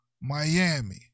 Miami